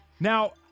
Now